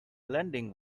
landing